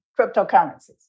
cryptocurrencies